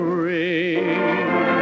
ring